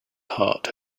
heart